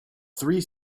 three